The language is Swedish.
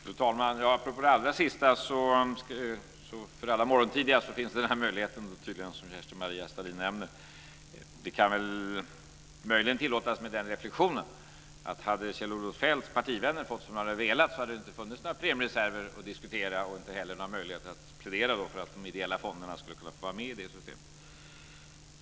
Fru talman! Apropå det allra sista finns tydligen den här möjligheten, som Kerstin-Maria Stalin nämner, för de allra morgonpiggaste. Det kan möjligen tillåtas att göra reflexionen att hade Kjell-Olof Feldts partivänner fått som de hade velat, hade det inte funnits några premiereserver att diskutera och inte heller några möjligheter att plädera för att de ideella fonderna skulle kunna få vara med i det systemet.